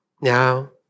now